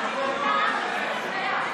אתה פשוט הזיה.